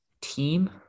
team